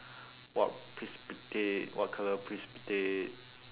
what precipitate what colour precipitate